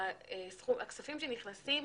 הכספים שנכנסים